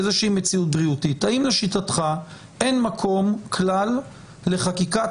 איזה מציאות בריאותית האם לשיטתך אין מקום כלל לחקיקת